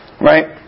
Right